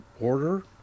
order